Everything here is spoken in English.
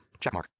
Checkmark